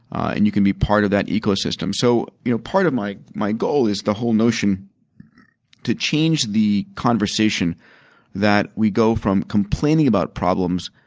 and you can be part of that ecosystem. so, if you know part of my my goal is the whole notion to change the conversation that we go from complaining about problems,